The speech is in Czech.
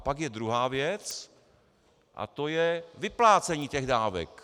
Pak je druhá věc a to je vyplácení dávek.